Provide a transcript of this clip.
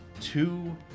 two